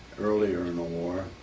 earlier in the war.